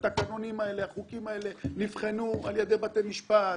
התקנונים והחוקים האלה נבחנו על ידי בתי משפט,